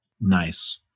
Nice